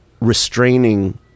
restraining